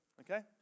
Okay